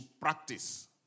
practice